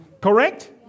Correct